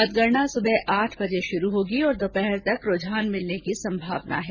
मतगणना सुबह आठ बजे शुरू होगी और दोपहर तक रूझान मिलने की संभावना है